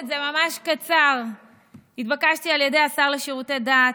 הממשלה צריכה לאשר את זה.